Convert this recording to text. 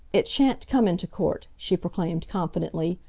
it shan't come into court, she proclaimed confidently.